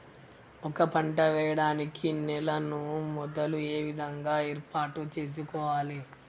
ఒక పంట వెయ్యడానికి నేలను మొదలు ఏ విధంగా ఏర్పాటు చేసుకోవాలి?